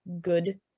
good